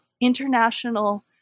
international